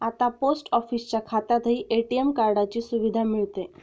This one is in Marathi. आता पोस्ट ऑफिसच्या खात्यातही ए.टी.एम कार्डाची सुविधा मिळते